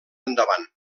endavant